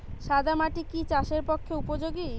সাদা মাটি কি চাষের পক্ষে উপযোগী?